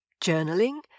Journaling